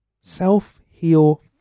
Self-heal